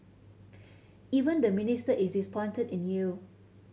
even the Minister is disappointed in you